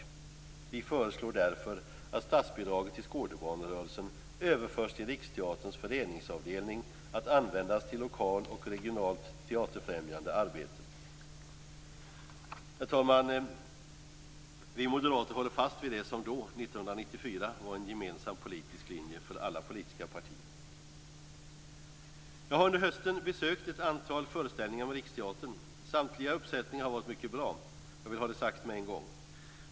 Utredningen föreslår därför att statsbidragen till Skådebanerörelsen överförs till Riksteaterns föreningsavdelning att användas till lokalt och regionalt teaterfrämjande arbete. Herr talman! Vi moderater håller fast vid det som då, 1994, var en gemensam politisk linje för alla politiska partier. Jag har under hösten besökt ett antal föreställningar med Riksteatern. Samtliga uppsättningar har varit mycket bra! Jag vill ha det sagt med en gång.